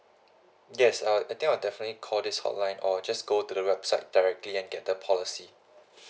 yes uh I think I will definitely call this hotline or just go to the website directly and get the policy